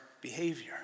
behavior